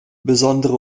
besondere